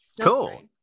Cool